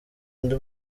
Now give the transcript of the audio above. ndi